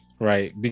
right